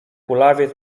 kulawiec